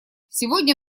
сегодня